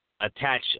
attach